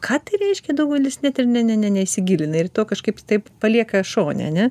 ką tai reiškia daugelis net ir ne ne ne neįsigilina ir to kažkaip taip palieka šone ane